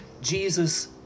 Jesus